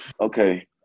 okay